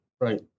Right